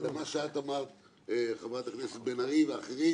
למה שאת אמרת חברת הכנסת בן ארי ואחרים,